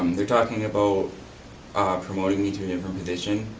um they're talking about promoting me to different position.